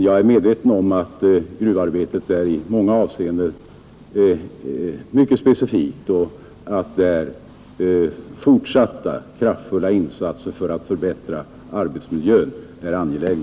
Jag är medveten om att gruvarbetet i många avseenden är mycket speciellt och att fortsatta kraftfulla insatser för att förbättra arbetsmiljön är angelägna.